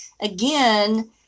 again